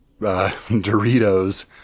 Doritos